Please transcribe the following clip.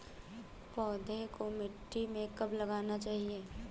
पौधें को मिट्टी में कब लगाना चाहिए?